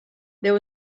there